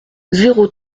zéro